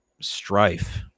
strife